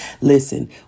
Listen